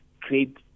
create